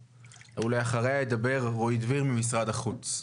ואחריה ידבר רועי דביר ממשרד החוץ.